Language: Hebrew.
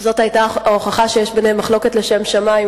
זו היתה ההוכחה שיש ביניהם מחלוקת לשם שמים,